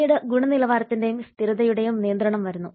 പിന്നീട് ഗുണനിലവാരത്തിന്റെയും സ്ഥിരതയുടെയും നിയന്ത്രണം വരുന്നു